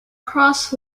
cross